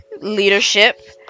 Leadership